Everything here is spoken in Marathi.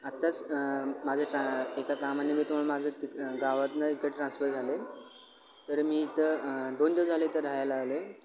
आत्ताच माझं ट्रा एका कामाने मी तुम्हाला माझं गावातनं इकडं ट्रान्स्फर झाले तर मी इथं दोन दिवस झाले इथे राहायला आलो आहे